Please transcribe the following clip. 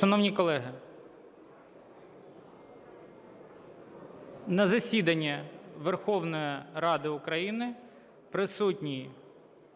Шановні колеги, на засіданні Верховної Ради України присутній